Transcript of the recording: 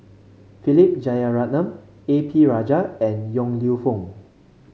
Philip Jeyaretnam A P Rajah and Yong Lew Foong